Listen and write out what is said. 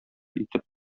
итеп